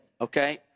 okay